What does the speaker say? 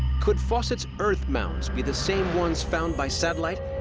could fawcett's earth mounds be the same ones found by satellite,